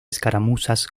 escaramuzas